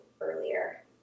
earlier